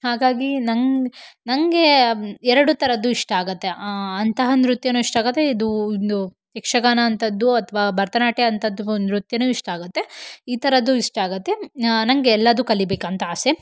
ಹಾಗಾಗಿ ನಂಗೆ ನನಗೆ ಎರಡು ಥರದ್ದೂ ಇಷ್ಟ ಆಗತ್ತೆ ಅಂತಹ ನೃತ್ಯನೂ ಇಷ್ಟ ಆಗತ್ತೆ ಇದು ಇದು ಯಕ್ಷಗಾನ ಅಂಥದ್ದು ಅಥವಾ ಭರತನಾಟ್ಯ ಅಂಥದ್ದು ನೃತ್ಯನೂ ಇಷ್ಟ ಆಗತ್ತೆ ಈ ಥರದ್ದೂ ಇಷ್ಟ ಆಗುತ್ತೆ ನನಗೆ ಎಲ್ಲಾದು ಕಲಿಬೇಕು ಅಂತ ಆಸೆ